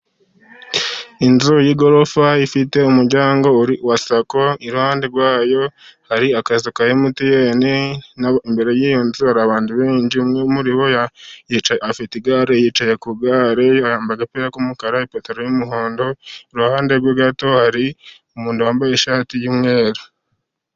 Inzu y'igorofa ifite umuryango wa Sako, iruhande rwayo hari akazu ka emutiyeni. Imbere y'iyo nzu hari abantu benshi, umwe muri bo afite igare, yicaye ku igare yambaye agapira k'umukara, ipantaro y'umuhondo. Iruhande rwe gato hari umuntu wambaye ishati y'umweru.